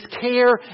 care